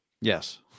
Yes